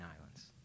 islands